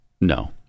No